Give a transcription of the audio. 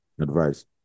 advice